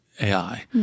AI